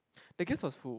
because it was full